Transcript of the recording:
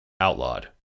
outlawed